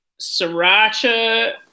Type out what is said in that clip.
sriracha